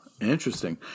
Interesting